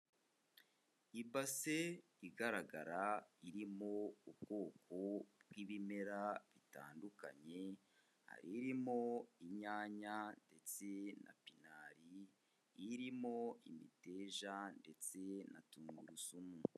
Ibase igaragara irimo ubwoko bw'ibimera bitandukanye, hari irimo inyanya ndetse na pinali, irimo imiteja ndetse na tungurusumu.